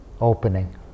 opening